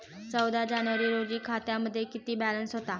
चौदा जानेवारी रोजी खात्यामध्ये किती बॅलन्स होता?